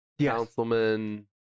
Councilman